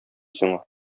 сиңа